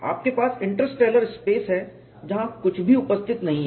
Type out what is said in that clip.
आपके पास interstellar space हैं जहां कुछ भी उपस्थित नहीं है